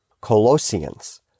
Colossians